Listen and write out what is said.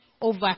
over